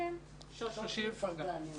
לא רואים